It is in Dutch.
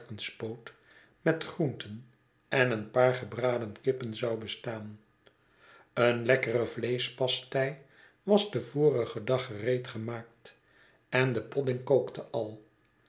varkenspoot met groenten en een paar gebraden kippen zou bestaan eene lekkere vleeschpastei was den vorigen dag gereedgemaakt en de podding kookte al